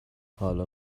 حالا